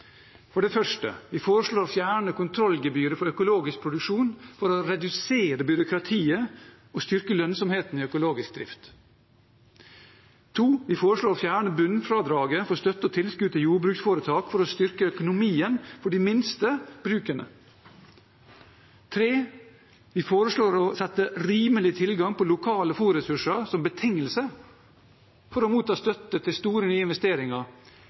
For det første foreslår vi å fjerne kontrollgebyret for økologisk produksjon for å redusere byråkratiet og styrke lønnsomheten i økologisk drift. For det andre foreslår vi å fjerne bunnfradraget for støtte og tilskudd til jordbruksforetak for å styrke økonomien for de minste brukene. For det tredje foreslår vi å sette rimelig tilgang på lokale fôrressurser som betingelse for å motta støtte til store